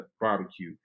barbecue